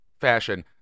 fashion